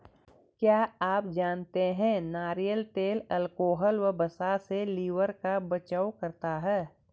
क्या आप जानते है नारियल तेल अल्कोहल व वसा से लिवर का बचाव करता है?